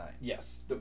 Yes